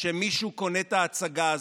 שמישהו קונה את ההצגה הזאת.